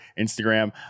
Instagram